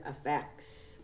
effects